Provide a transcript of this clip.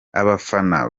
abafana